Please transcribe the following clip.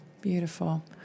beautiful